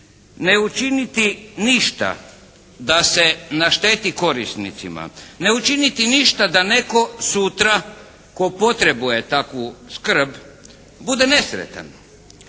ne učiniti ništa da se našteti korisnicima. Ne učiniti ništa da netko sutra tko potrebuje takvu skrb bude nesretan.